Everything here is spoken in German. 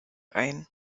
ein